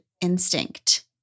instinct